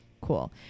cool